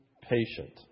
patient